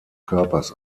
körpers